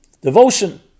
devotion